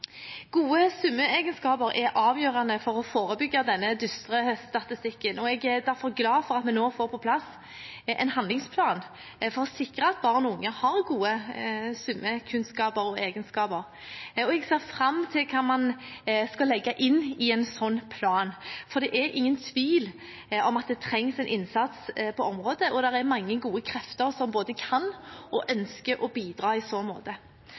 Gode svømmeegenskaper er avgjørende for å forebygge denne dystre statistikken, og jeg er derfor glad for at vi nå får på plass en handlingsplan for å sikre at barn og unge har gode svømmekunnskaper og -egenskaper. Jeg ser fram til hva man skal legge inn i en sånn plan, for det er ingen tvil om at det trengs en innsats på området, og det er mange gode krefter som både kan og ønsker å bidra i så måte.